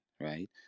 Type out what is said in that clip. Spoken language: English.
right